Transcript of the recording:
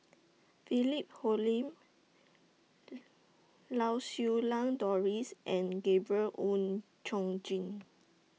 Philip Hoalim Lau Siew Lang Doris and Gabriel Oon Chong Jin